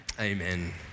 amen